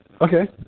Okay